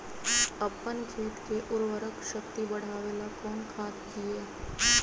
अपन खेत के उर्वरक शक्ति बढावेला कौन खाद दीये?